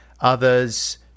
others